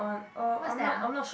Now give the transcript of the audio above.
what's that ah